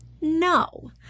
No